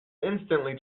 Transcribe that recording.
instantly